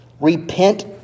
Repent